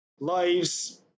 lives